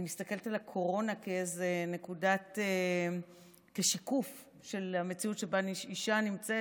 אני מסתכלת על הקורונה כעל שיקוף של המציאות שבה אישה נמצאת.